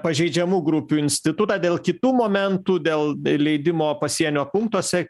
pažeidžiamų grupių institutą dėl kitų momentų dėl be leidimo pasienio punktuose